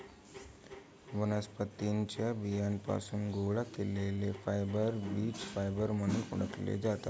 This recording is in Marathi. वनस्पतीं च्या बियांपासून गोळा केलेले फायबर बीज फायबर म्हणून ओळखले जातात